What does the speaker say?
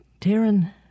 Taryn